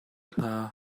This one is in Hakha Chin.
hna